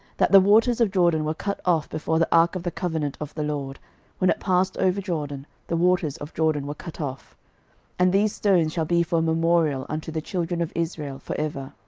that the waters of jordan were cut off before the ark of the covenant of the lord when it passed over jordan, the waters of jordan were cut off and these stones shall be for a memorial unto the children of israel for ever.